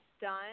done